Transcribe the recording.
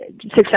success